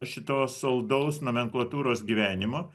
šito saldaus nomenklatūros gyvenimo